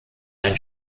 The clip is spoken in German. ein